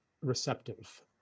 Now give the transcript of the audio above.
receptive